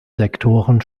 sektoren